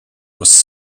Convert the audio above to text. was